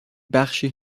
بخشی